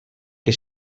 che